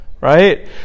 Right